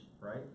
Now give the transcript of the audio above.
right